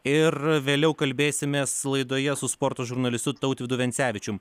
ir vėliau kalbėsimės laidoje su sporto žurnalistu tautvydu vencevičium